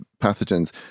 pathogens